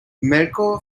mirco